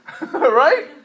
Right